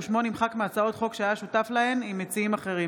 ושמו נמחק מהצעות חוק שהיה שותף להן עם מציעים אחרים.